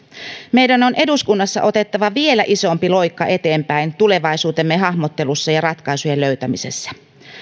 meidän on eduskunnassa otettava vielä isompi loikka eteenpäin tulevaisuutemme hahmottelussa ja ratkaisujen löytämisessä